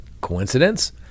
Coincidence